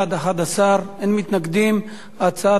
ההצעה